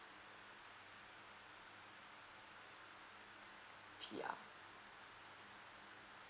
P_R